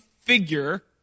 figure